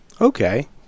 Okay